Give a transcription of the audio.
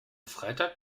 freitag